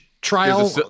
trial